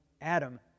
Adam